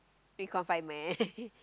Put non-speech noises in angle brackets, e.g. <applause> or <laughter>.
we confinement <laughs>